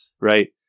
Right